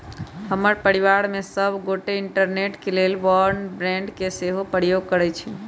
हमर परिवार में सभ गोटे इंटरनेट के लेल ब्रॉडबैंड के सेहो प्रयोग करइ छिन्ह